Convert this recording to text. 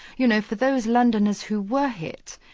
you know for those londoners who were hit,